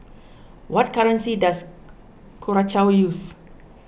what currency does Curacao use